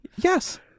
Yes